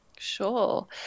Sure